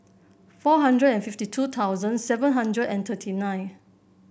four hundred fifty two thousand seven hundred and thirty nine